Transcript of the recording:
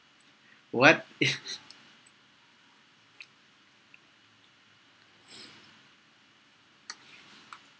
what